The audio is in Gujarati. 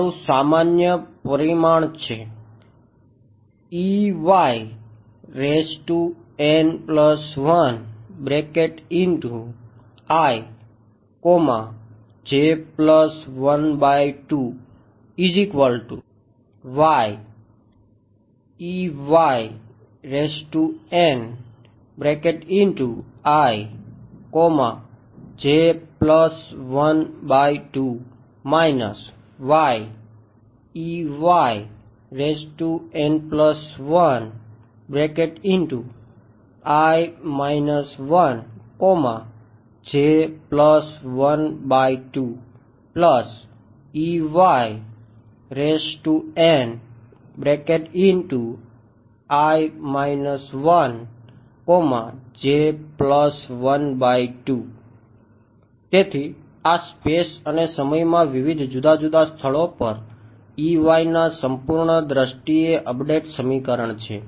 મારું સામાન્ય પરિમાણ છે તેથી આ સ્પેસ અને સમયમાં વિવિધ જુદા જુદા સ્થળો પર ના સંપૂર્ણ દ્રષ્ટિએ અપડેટ સમીકરણ છે